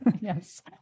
Yes